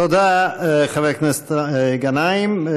תודה, חבר הכנסת גנאים.